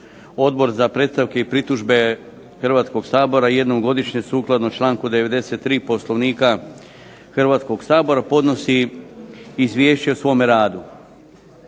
Odbor za predstavke i pritužbe Hrvatskog sabora jednom godišnje sukladno članku 93. Poslovnika Hrvatskog sabora podnosi Izvješće o svome radu.